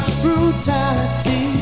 brutality